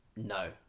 No